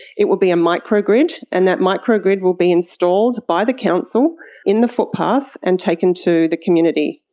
it will be a micro-grid, and that micro-grid will be installed by the council in the footpath and taken to the community.